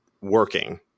working